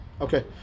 Okay